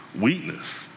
weakness